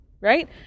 right